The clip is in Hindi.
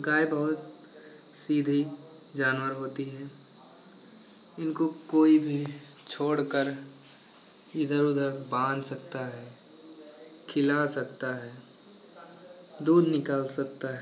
गाय बहुत सीधी जानवर होती है इनको कोई भी छोड़कर इधर उधर बाँध सकता हैं खिला सकता है दूध निकाल सकता है